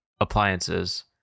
appliances